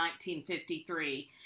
1953